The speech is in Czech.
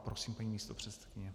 Prosím, paní místopředsedkyně.